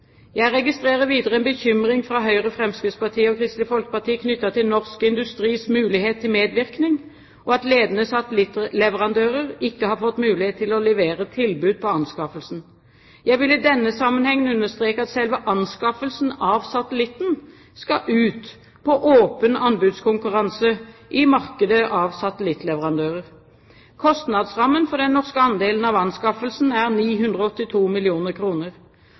Jeg registrerer videre en bekymring fra Høyre, Fremskrittspartiet og Kristelig Folkeparti knyttet til norsk industris mulighet til medvirkning, og at ledende satellittleverandører ikke har fått mulighet til å levere tilbud på anskaffelsen. Jeg vil i denne sammenhengen understreke at selve anskaffelsen av satellitten skal ut på åpen anbudskonkurranse i markedet av satellittleverandører. Kostnadsrammen for den norske andelen av anskaffelsen er 982